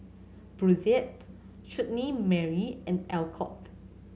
Brotzeit Chutney Mary and Alcott